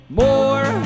more